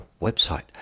website